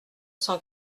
cent